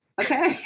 Okay